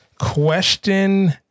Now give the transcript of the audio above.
Question